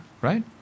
right